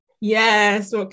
Yes